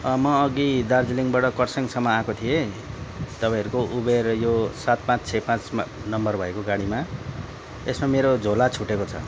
म अघि दार्जिलिङबाट खरसाङसम्म आएको थिएँ तपाईँहरूको उबेर यो सात पाँच छ पाँच नम्बर भएको गाडीमा यसमा मेरो झोला छुटेको छ